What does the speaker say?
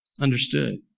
understood